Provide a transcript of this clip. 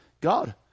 God